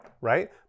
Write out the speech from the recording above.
right